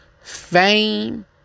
Fame